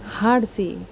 ಹಾಡಿಸಿ